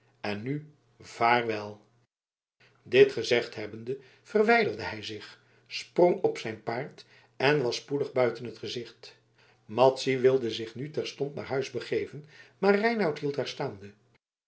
en nu vaarwel dit gezegd hebbende verwijderde hij zich sprong op zijn paard en was spoedig buiten het gezicht madzy wilde zich nu terstond naar huis begeven maar reinout hield haar staande